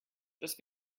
just